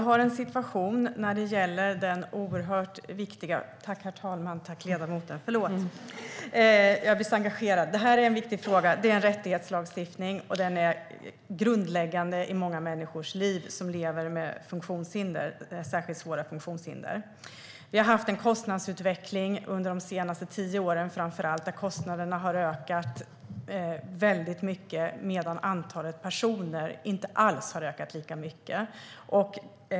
Herr talman! Det här är en viktig fråga. Det är en rättighetslagstiftning, och den är grundläggande i livet för många människor som lever med svåra funktionshinder. Vi har under de senaste tio åren haft en kostnadsutveckling där kostnaderna har ökat väldigt mycket medan antalet personer inte alls har ökat lika mycket.